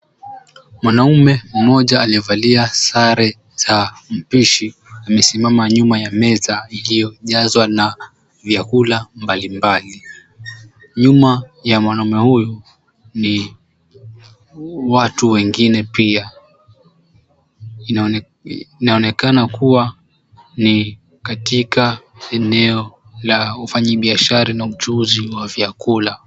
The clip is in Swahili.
Mwanaume mmoja alievalia sare za mpishi amesimama nyuma ya meza iliyojazwa na vyakula mbalimbali. Nyuma ya mwanaume huyu ni watu wengine pia. Inaonekana kuwa ni katika eneo la ufanyi biashara na uchuuzi wa vyakula.